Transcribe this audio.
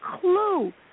clue